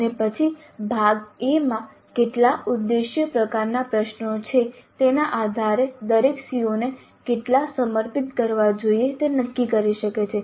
અને પછી ભાગ A માં કેટલા ઉદ્દેશ્ય પ્રકારના પ્રશ્નો છે તેના આધારે દરેક CO ને કેટલા સમર્પિત કરવા જોઈએ તે નક્કી કરી શકે છે